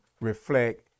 reflect